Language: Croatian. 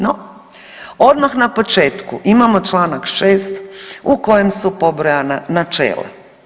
No odmah na početku imamo čl. 6. u kojem su pobrojana načela.